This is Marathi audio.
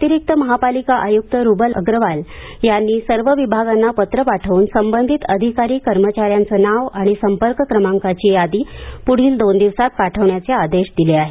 अतिरिक्त महापालिका आयुक्त रुबल अग्रवाल यांनी सर्व विभागांना पत्र पाठवून संबधित अधिकारी कर्मचाऱ्यांचे नाव आणि संपर्क क्रमांकाची यादी प्ढील दोन दिवसांत पाठविण्याचे आदेश दिले आहेत